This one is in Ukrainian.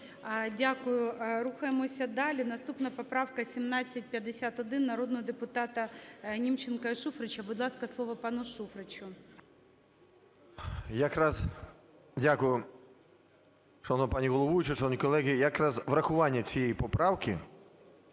Дякую. Рухаємося далі. Наступна поправка 1751 народного депутата Німченка і Шуфрича. Будь ласка, слово пану Шуфричу.